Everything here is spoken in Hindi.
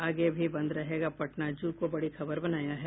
आगे भी बंद रहेगा पटना जू को बड़ी खबर बनया है